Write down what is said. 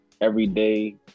everyday